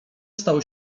stało